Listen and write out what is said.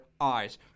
eyes